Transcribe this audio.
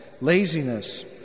laziness